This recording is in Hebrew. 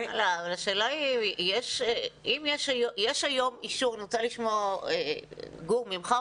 האם יש היום אישור ואני רוצה לשמוע ממך גור,